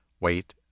Wait